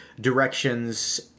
directions